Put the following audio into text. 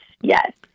Yes